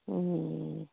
ꯎꯝ